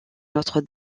notre